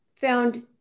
found